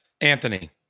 Anthony